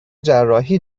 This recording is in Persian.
جراحی